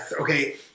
okay